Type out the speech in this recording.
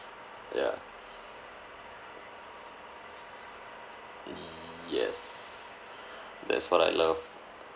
yeah yes that's what I love